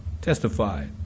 Testified